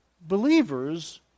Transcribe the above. Believers